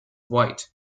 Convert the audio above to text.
white